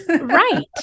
Right